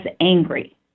angry